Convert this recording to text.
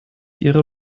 ihre